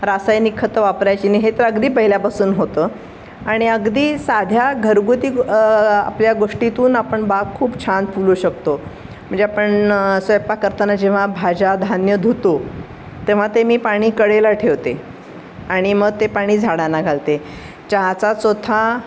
रासायनिक खतं वापरायची नाही हे तर अगदी पहिल्यापासून होतं आणि अगदी साध्या घरगुती आपल्या गोष्टीतून आपण बाग खूप छान फुलवू शकतो म्हणजे आपण स्वयंपाक करताना जेव्हा भाज्या धान्य धुतो तेव्हा ते मी पाणी कडेला ठेवते आणि मग ते पाणी झाडांना घालते चहाचा चोथा